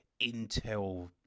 intel